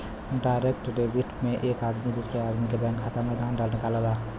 direct debit में एक आदमी दूसरे आदमी के बैंक खाता से धन निकालला